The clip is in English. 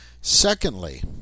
secondly